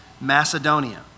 Macedonia